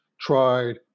tried